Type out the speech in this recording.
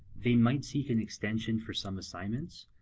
they might seek an extension for some assignments,